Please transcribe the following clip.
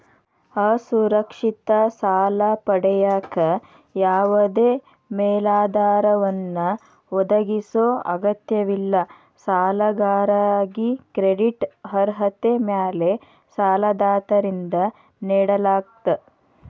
ಅಸುರಕ್ಷಿತ ಸಾಲ ಪಡೆಯಕ ಯಾವದೇ ಮೇಲಾಧಾರವನ್ನ ಒದಗಿಸೊ ಅಗತ್ಯವಿಲ್ಲ ಸಾಲಗಾರಾಗಿ ಕ್ರೆಡಿಟ್ ಅರ್ಹತೆ ಮ್ಯಾಲೆ ಸಾಲದಾತರಿಂದ ನೇಡಲಾಗ್ತ